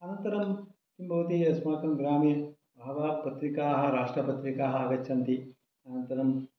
अनन्तरं किं भवति अस्माकङ्ग्रामे बहवः पत्रिकाः राष्ट्रपत्रिकाः आगच्छन्ति अनन्तरं